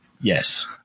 Yes